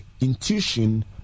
intuition